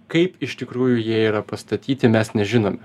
kaip iš tikrųjų jie yra pastatyti mes nežinome